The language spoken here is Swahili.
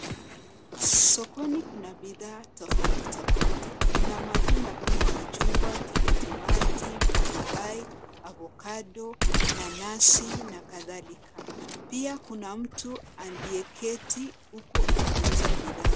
Sokoni kuna bidhaa toafuti, tofauti. Kuna matunda kama: machungwa, tikitimaji, paipai, avocado , nanasi na kadhalika. Pia kuna mtu aliyeketi huku akiuza bidhaa.